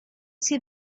see